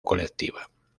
colectiva